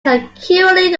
currently